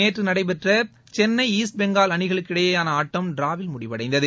நேற்று நடைபெற்ற சென்னை ஈஸ்ட் பெங்கால் அணிகளுக்கு இடையேயான ஆட்டம் டிராவில் முடிவடைந்தது